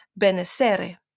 benessere